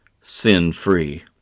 sin-free